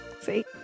See